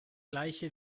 gleiche